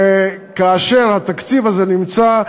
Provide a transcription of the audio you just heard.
כאשר התקציב הזה נמצא,